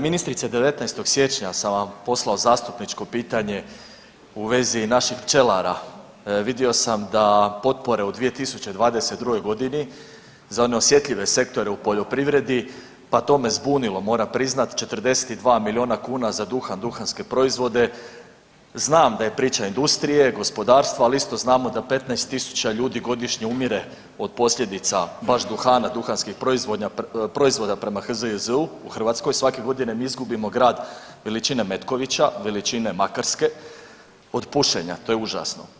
Ministrice 19. siječnja sam vam poslao zastupničko pitanje u vezi naših pčelara, vidio sam da potpore u 2022. godini za one osjetljive sektore u poljoprivredi, pa to me zbunilo moram priznati 42 miliona kuna za duhan, duhanske proizvode, znam da je priča industrije, gospodarstva, ali isto znamo da 15.000 ljudi godišnje umire od posljedica baš duhana, duhanskih proizvoda prema HZJZ-u u Hrvatskoj, svake godine mi izgubimo grad veličine Metkovića, veličine Makarske od pušenja, to je užasno.